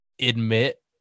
admit